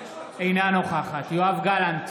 אינה נוכחת יואב גלנט,